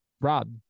Rob